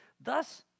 Thus